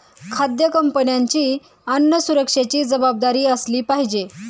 खाद्य कंपन्यांची अन्न सुरक्षेची जबाबदारी असली पाहिजे